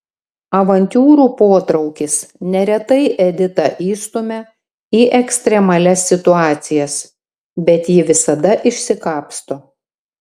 avantiūrų potraukis neretai editą įstumia į ekstremalias situacijas bet ji visada išsikapsto